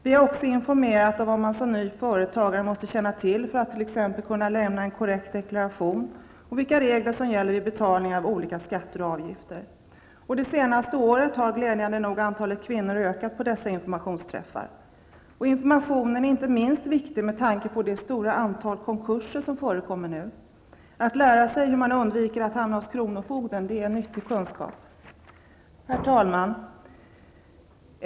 Vi har också informerat om att vad man som ny företagare måste känna till för att t.ex. lämna en korrekt deklaration och om vilka regler som gäller vid betalning av olika skatter och avgifter. Det senaste året har glädjande nog antalet kvinnor ökat på dessa informationsträffar. Informationen är inte minst viktig med tanke på det stora antalet konkurser som förekommer nu. Att lära sig hur man undviker att hamna hos kronofogden -- det är nyttig kunskap. Herr talman!